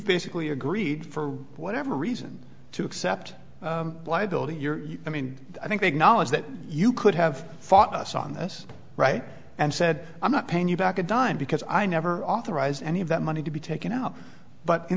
basically agreed for whatever reason to accept liability your i mean i think knowledge that you could have fought us on this right and said i'm not paying you back a dime because i never authorized any of that money to be taken out but in